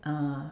uh